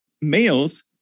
males